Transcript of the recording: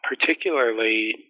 particularly